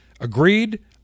agreed